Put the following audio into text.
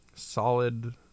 solid